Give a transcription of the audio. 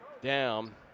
down